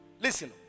listen